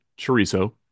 chorizo